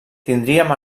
tindrem